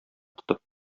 тотып